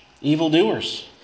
evildoers